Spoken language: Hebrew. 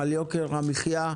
על יוקר המחייה,